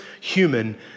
human